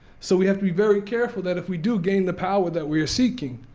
so we have to be very careful that if we do gain the power that we are seeking,